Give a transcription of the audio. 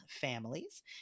Families